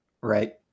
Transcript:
Right